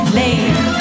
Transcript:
late